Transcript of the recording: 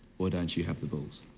or don't you have the balls?